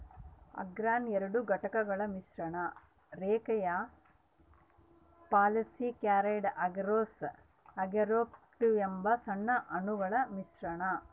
ಅಗರ್ ಎರಡು ಘಟಕಗಳ ಮಿಶ್ರಣ ರೇಖೀಯ ಪಾಲಿಸ್ಯಾಕರೈಡ್ ಅಗರೋಸ್ ಅಗಾರೊಪೆಕ್ಟಿನ್ ಎಂಬ ಸಣ್ಣ ಅಣುಗಳ ಮಿಶ್ರಣ